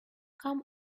come